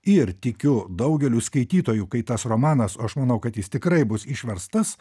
ir tikiu daugeliui skaitytojų kai tas romanas aš manau kad jis tikrai bus išverstas